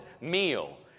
meal